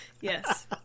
Yes